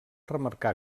remarcar